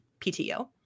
pto